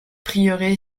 prieuré